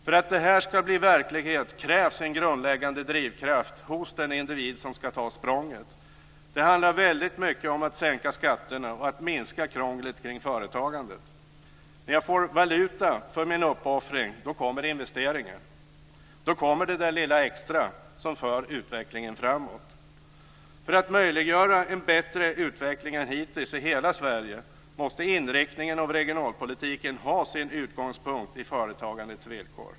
För att det här ska bli verklighet krävs en grundläggande drivkraft hos den individ som ska ta språnget. Det handlar väldigt mycket om att sänka skatterna och att minska krånglet kring företagandet. När jag får valuta för min uppoffring, då kommer investeringen; då kommer det där lilla extra som för utvecklingen framåt. För att möjliggöra en bättre utveckling än hittills i hela Sverige måste inriktningen av regionalpolitiken ha sin utgångspunkt i företagandets villkor.